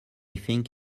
think